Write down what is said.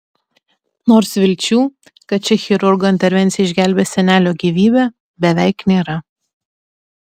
nors vilčių kad ši chirurgo intervencija išgelbės senelio gyvybę beveik nėra